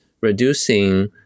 reducing